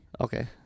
Okay